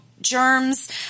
germs